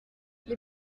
les